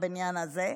בבניין הזה,